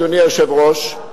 אדוני היושב-ראש,